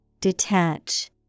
Detach